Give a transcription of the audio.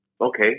okay